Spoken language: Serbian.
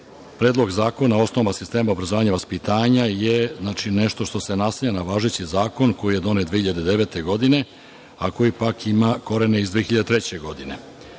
zakona o osnovama sistema obrazovanja i vaspitanja je nešto što se nastavlja na važeći zakon, koji je donet 2009. godine, a koji pak ima korene iz 2003. godine.